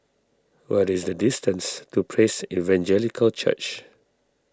what is the distance to Praise Evangelical Church